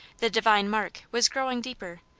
the divine mark, was growing deeper,